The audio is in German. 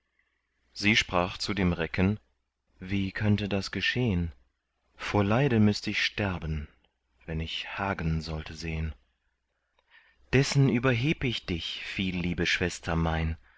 sie sprach zu dem recken wie könnte das geschehn vor leide mußt ich sterben wenn ich hagen sollte sehn dessen überheb ich dich viel liebe schwester mein